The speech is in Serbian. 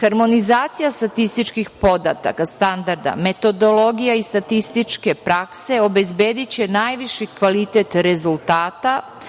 Harmonizacija statističkih podataka, standarda, metodologija i statističke prakse obezbediće najviši kvalitet rezultata